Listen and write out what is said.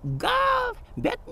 gal bet